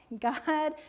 God